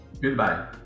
Goodbye